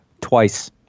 Twice